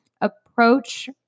approach